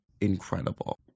incredible